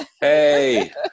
Hey